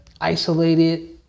isolated